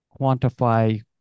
quantify